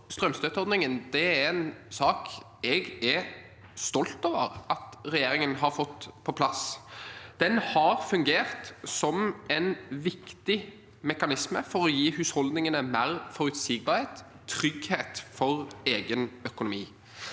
Strømstøtteordningen er en sak jeg er stolt over at regjeringen har fått på plass. Den har fungert som en viktig mekanisme for å gi husholdningene mer forutsigbarhet og trygghet for egen økonomi.